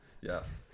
Yes